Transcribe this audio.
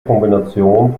kombination